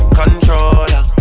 controller